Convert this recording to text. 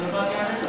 אני עוד מעט אענה לך.